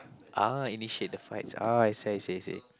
ah initiate the fights ah I see I see I see